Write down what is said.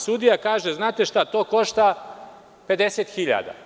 Sudija kaže – znate šta to košta 50.000.